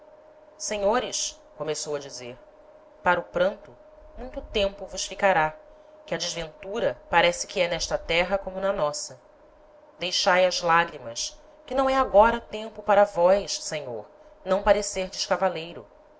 a dizer para o pranto muito tempo vos ficará que a desventura parece que é n'esta terra como na nossa deixai as lagrimas que não é agora tempo para vós senhor não parecerdes cavaleiro